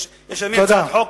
יש הצעת חוק